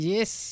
Yes